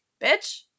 bitch